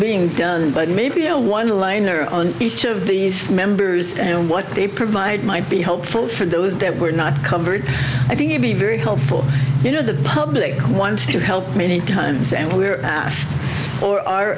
being done but maybe a one liner on each of these members and what they provide might be helpful for those that were not covered i think would be very helpful you know the public wants to help many times and we're asked or are